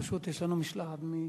פשוט יש לנו משלחת מניו-זילנד,